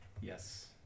Yes